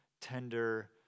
tender